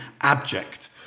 abject